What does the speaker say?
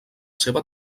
seva